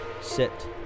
Sit